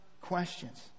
questions